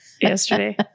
yesterday